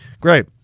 Great